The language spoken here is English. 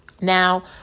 Now